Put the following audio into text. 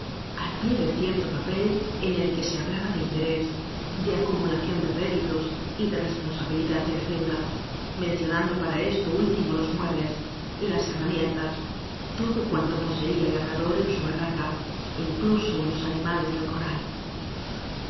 al pie de cierto papel en el que se hablaba de interés de acumulación de réditos y ele responsabilidad de la deuda mencionando para esto último los muebles las herramientas todo cuanto poseía el labrador en su barraca incluso los animales del corral